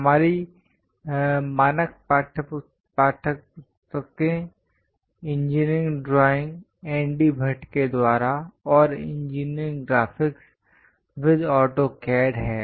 हमारी मानक पाठ्यपुस्तकें engineering drawing ND Bhatt ND Bhatt के द्वारा और इंजीनियरिंग ग्राफिक्स विद ऑटोकैड हैं